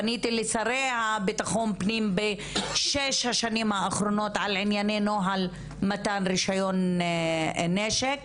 פניתי לשרי ביטחון בשש השנים האחרונות על ענייני נוהל מתן רישיון נשק.